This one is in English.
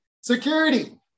security